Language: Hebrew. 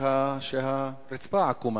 רק שהרצפה עקומה,